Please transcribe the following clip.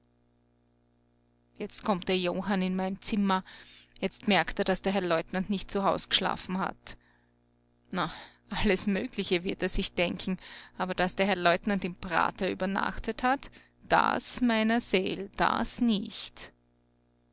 jetzt kommt der johann in mein zimmer jetzt merkt er daß der herr leutnant nicht zu haus geschlafen hat na alles mögliche wird er sich denken aber daß der herr leutnant im prater übernachtet hat das meiner seel das nicht